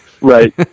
Right